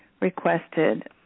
requested